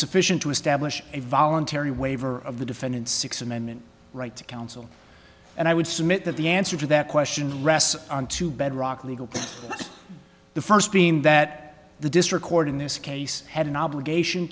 sufficient to establish a voluntary waiver of the defendant's sixth amendment right to counsel and i would submit that the answer to that question rests on two bedrock legal the first being that the district court in this case had an obligation